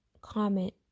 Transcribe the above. comment